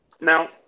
Now